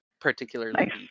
particularly